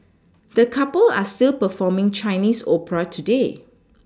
the couple are still performing Chinese opera today